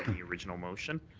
the original motion.